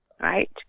right